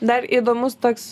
dar įdomus toks